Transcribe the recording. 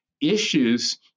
issues